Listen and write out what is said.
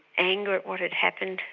anger at what had happened,